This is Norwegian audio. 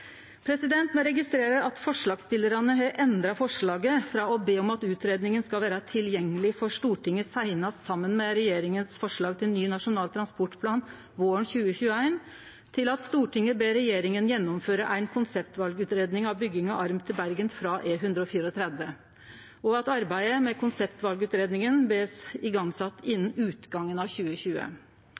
registrerer at forslagsstillarane har endra forslaget frå å be om at utgreiinga skal vere «tilgjengelig for Stortinget senest sammen med regjeringens forslag til ny nasjonal transportplan våren 2021» til: «Stortinget ber regjeringen gjennomføre en konseptvalgutredning av bygging av en arm til Bergen fra E134. Arbeidet med konseptvalgutredningen bes igangsatt innen utgangen av 2020.»